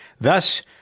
Thus